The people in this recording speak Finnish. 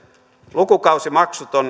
lukukausimaksut